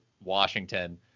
Washington